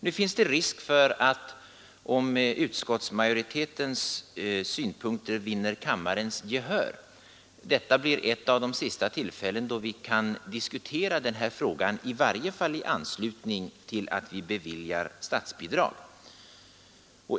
Nu finns det risk för att om utskottsmajoritetens synpunkter vinner kammarens gehör detta blir ett av de sista tillfällen då vi kan diskutera denna fråga, i varje fall i anslutning till att vi beslutar om statsbidrag.